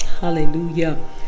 hallelujah